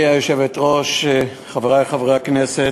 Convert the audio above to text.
גברתי היושבת-ראש, חברי חברי הכנסת,